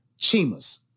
Chima's